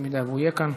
אם הוא יהיה כאן.